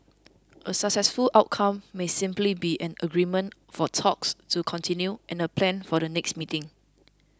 a successful outcome may simply be an agreement for talks to continue and a plan for the next meeting